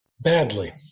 badly